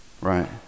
Right